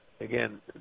again